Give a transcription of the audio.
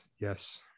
yes